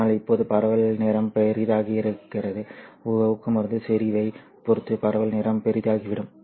ஆனால் இப்போது பரவல் நேரம் பெரிதாகிறது ஊக்கமருந்து செறிவைப் பொறுத்து பரவல் நேரம் பெரிதாகிவிடும்